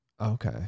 Okay